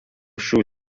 šių